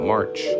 March